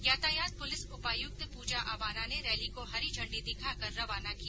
यातायात पुलिस उपायुक्त पूजा अवाना ने रैली को हरी इांडी दिखाकर रवाना किया